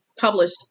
published